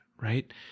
right